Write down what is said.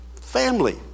Family